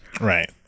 right